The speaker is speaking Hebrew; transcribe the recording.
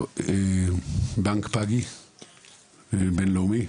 בנק פאגי, בינלאומי.